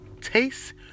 taste